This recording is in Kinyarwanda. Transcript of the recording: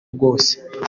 bwose